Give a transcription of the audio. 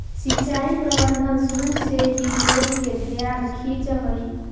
सिंचाई प्रबंधन शुरू से ही लोग के ध्यान खींचऽ हइ